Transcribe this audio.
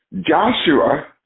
Joshua